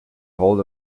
hold